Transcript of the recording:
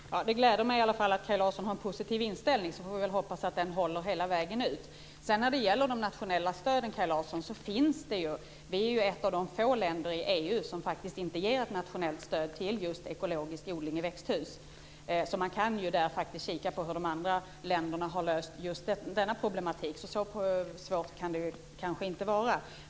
Fru talman! De gläder mig i alla fall att Kaj Larsson har en positiv inställning. Sedan får vi väl hoppas att den håller hela vägen. När det gäller de nationella stöden är vi ju ett av de få länder i EU som faktiskt inte ger ett nationellt stöd till just ekologisk odling i växthus. Där kan man faktiskt kika på hur de andra länderna har löst just denna problematik. Så svårt kan det kanske inte vara.